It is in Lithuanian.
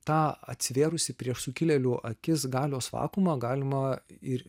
tą atsivėrusį prieš sukilėlių akis galios vakuumą galima ir